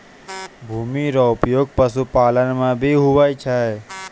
भूमि रो उपयोग पशुपालन मे भी हुवै छै